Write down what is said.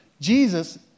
Jesus